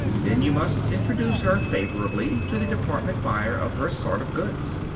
then you must introduce her favorably to the department buyer of her sort of goods.